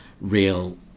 real